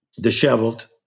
disheveled